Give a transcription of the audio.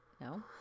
No